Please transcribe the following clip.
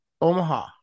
Omaha